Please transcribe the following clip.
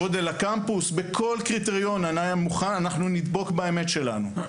גודל הקמפוס, בכל קריטריון אנחנו נדבוק באמת שלנו.